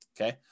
okay